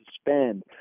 spend